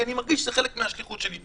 כי אני מרגיש שזה חלק מהשליחות שלי.